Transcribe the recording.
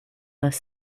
les